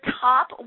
top